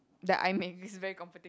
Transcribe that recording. that I make this is very comforting